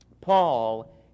Paul